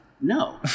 No